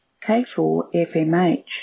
K4FMH